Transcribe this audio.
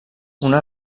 una